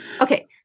Okay